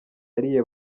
yariye